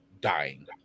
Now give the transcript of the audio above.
dying